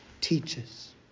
teaches